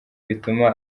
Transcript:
bituma